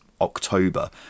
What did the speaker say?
October